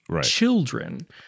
children –